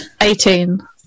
Eighteen